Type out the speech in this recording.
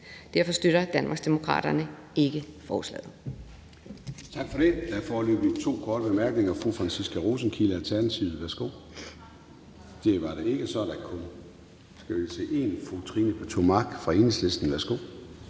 Derfor støtter Danmarksdemokraterne ikke forslaget.